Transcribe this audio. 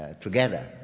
together